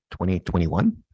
2021